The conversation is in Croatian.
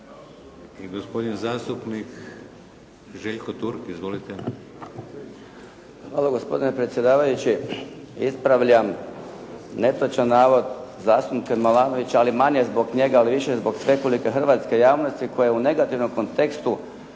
Gospodin zastupnik Željko Turk. Izvolite. **Turk, Željko (HDZ)** Hvala gospodine predsjedavajući. Ispravljam netočan navod zastupnika Milanovića, ali manje zbog njega, više zbog svekolike hrvatske javnosti koja u negativnom kontekstu